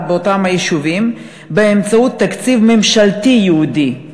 באותם היישובים באמצעות תקציב ממשלתי ייעודי,